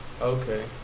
Okay